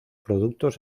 productos